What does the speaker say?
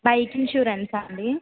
bike ఇన్సురెన్సా అండి